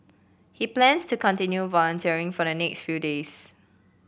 he plans to continue volunteering for the next few days